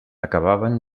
acabaven